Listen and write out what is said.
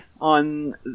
on